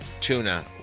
tuna